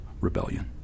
rebellion